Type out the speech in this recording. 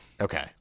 Okay